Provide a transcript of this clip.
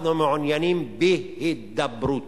אנחנו מעוניינים בהידברות,